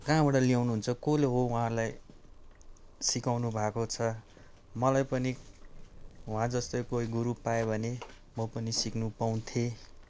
कहाँबाट ल्याउनुहुन्छ कसले हो उहाँलाई सिकाउनु भएको छ मलाई पनि वहाँ जस्तै कोही गुरू पाएँ भने म पनि सिक्नु पाउँथे